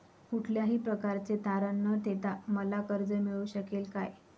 कुठल्याही प्रकारचे तारण न देता मला कर्ज मिळू शकेल काय?